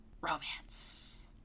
romance